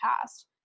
past